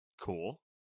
Cool